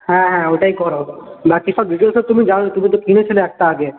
হ্যাঁ হ্যাঁ ওটাই করো বাকি সব ডিটেলস তো তুমি জানো তুমি তো কিনেছিলে একটা আগে